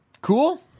Cool